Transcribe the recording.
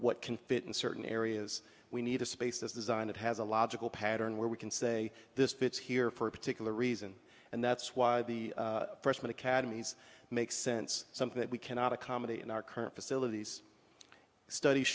what can fit in certain areas we need a space that's designed it has a logical pattern where we can say this fits here for a particular reason and that's why the freshman academies make sense something that we cannot accommodate in our current facilities studies